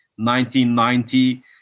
1990